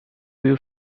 you